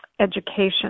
education